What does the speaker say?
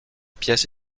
pièce